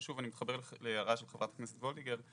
ושוב אני מתחבר להערה של חברת הכנסת וולדיגר,